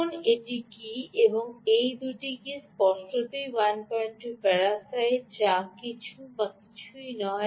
এখন এটি কী এবং এই দুটি কী স্পষ্টতই 12 প্যারাসাইট বা ছাড়া কিছুই নয়